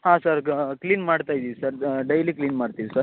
ಹಾಂ ಸರ್ ಗ ಕ್ಲೀನ್ ಮಾಡ್ತಾ ಇದ್ದೀವಿ ಸರ್ ಡೈಲಿ ಕ್ಲೀನ್ ಮಾಡ್ತೀವಿ ಸರ್